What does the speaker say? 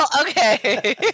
okay